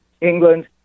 England